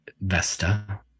Vesta